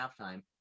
halftime